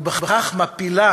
וכך היא מפילה